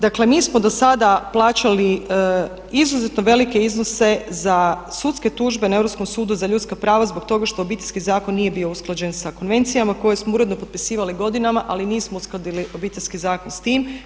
Dakle, mi smo do sada plaćali izuzetno velike iznose za sudske tužbe na Europskom sudu za ljudska prava zbog toga što Obiteljski zakon nije bio usklađen sa konvencijama koje smo uredno potpisivali godinama, ali nismo uskladili Obiteljski zakon s tim.